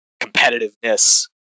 competitiveness